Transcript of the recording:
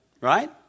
Right